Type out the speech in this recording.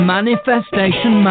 Manifestation